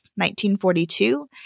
1942